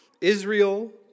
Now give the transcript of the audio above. Israel